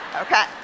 Okay